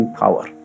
power